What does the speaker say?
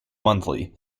monthly